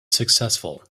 successful